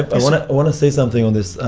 i want to want to say something on this.